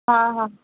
हां हां